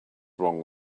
wrong